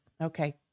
Okay